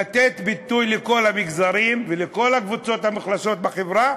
לתת ביטוי לכל המגזרים ולכל הקבוצות המוחלשות בחברה,